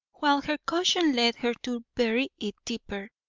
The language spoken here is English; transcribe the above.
while her caution led her to bury it deeper,